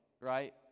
right